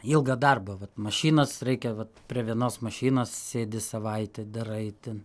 ilga darba vat mašinas reikia vat prie vienos mašinos sėdi savaitę darai ten